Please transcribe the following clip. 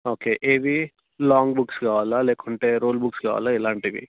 okay ఏవి long books కావాలా లేకుంటే రూల్ బుక్స్ కావాలా ఎలాంటివి